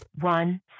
one